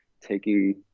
taking